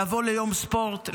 לבוא ליום ספורט,